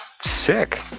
sick